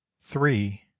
three